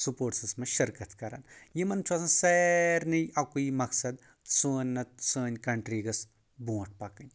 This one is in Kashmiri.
سپوٹسس منٛز شِرکت کَران یِمن چھُ آسان سارنٕے اکوے مقصد سٲنۍ نَتہٕ سٲنۍ کَنٹری گٔس برٛونٹھ پَکٕنۍ